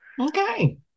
Okay